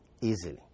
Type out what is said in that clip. easily